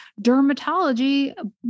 dermatology